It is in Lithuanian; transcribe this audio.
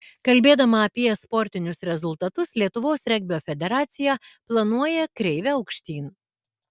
kalbėdama apie sportinius rezultatus lietuvos regbio federacija planuoja kreivę aukštyn